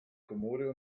kommode